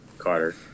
Carter